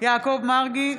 יעקב מרגי,